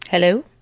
Hello